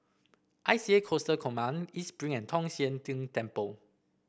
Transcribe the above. I C A Coastal Command East Spring and Tong Sian Tng Temple